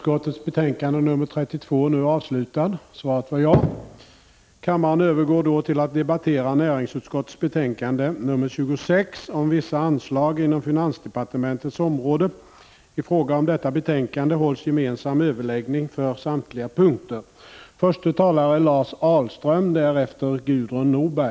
Kammaren övergår nu till att debattera näringsutskottets betänkande 26 om vissa anslag inom finansdepartementets område. I fråga om detta betänkande hålls gemensam överläggning för samtliga punkter.